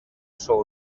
sou